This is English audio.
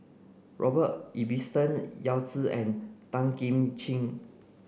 Robert Ibbetson Yao Zi and Tan Kim Ching